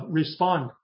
respond